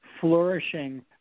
flourishing